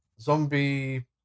zombie